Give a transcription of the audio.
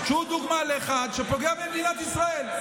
שהוא דוגמה לאחד שפוגע במדינת ישראל.